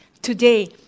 Today